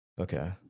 Okay